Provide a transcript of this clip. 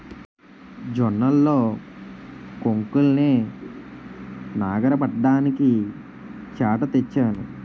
జొన్నల్లో కొంకుల్నె నగరబడ్డానికి చేట తెచ్చాను